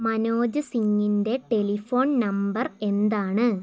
മനോജ് സിങിൻ്റെ telephone number എന്താണ്